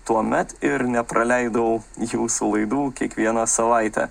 tuomet ir nepraleidau jūsų laidų kiekvieną savaitę